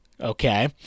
Okay